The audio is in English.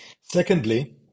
Secondly